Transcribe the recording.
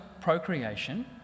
procreation